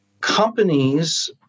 companies